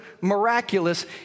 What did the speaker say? miraculous